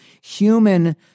human